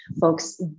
folks